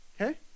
Okay